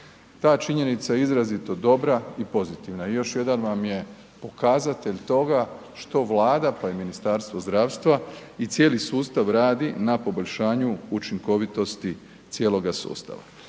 Ta činjenica je izrazito dobra i pozitivna i još jedan vam je pokazatelj toga što Vlada, pa i Ministarstvo zdravstva i cijeli sustav radi na poboljšanju učinkovitosti cijeloga sustava.